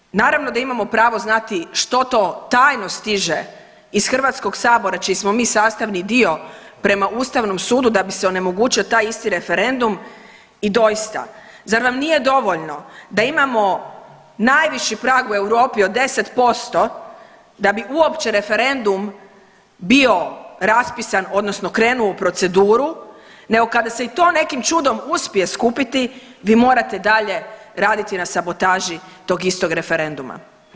A drugo, naravno da imamo pravo znati što to tajno stiže iz Hrvatskog sabora čiji smo mi sastavni dio prema Ustavnom sudu da bi se onemogućio taj isti referendum i doista zar nam nije dovoljno da imamo najviši prag u Europi od 10% da bi uopće referendum bio raspisan odnosno krenuo u proceduru, nego kada se i to nekim čudom uspije skupiti vi morate dalje raditi na sabotaži tog istog referenduma.